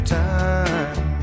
time